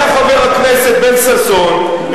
היה חבר הכנסת בן-ששון,